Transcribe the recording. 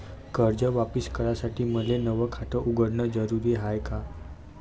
कर्ज वापिस करासाठी मले नव खात उघडन जरुरी हाय का?